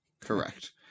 correct